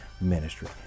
ministry